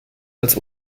als